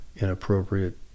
inappropriate